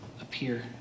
appear